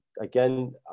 Again